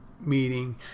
meeting